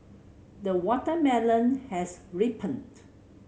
the watermelon has ripened